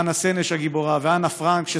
חנה סנש הגיבורה ואנה פרנק,